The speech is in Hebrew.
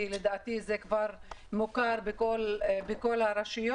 כי לדעתי זה כבר מוכר בכל הרשויות,